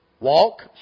Walk